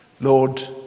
Lord